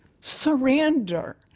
Surrender